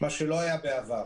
מה שלא היה בעבר.